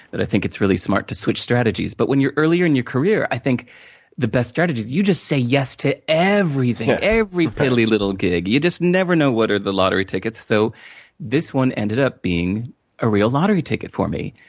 that i think it's really smart to switch strategies. but, when you're earlier in your career, i think the best strategy is, you just say yes to everything. every piddly little gig. you just never know what are the lottery tickets, so this one ended up being a real lottery ticket for me.